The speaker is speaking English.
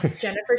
Jennifer